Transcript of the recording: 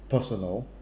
personal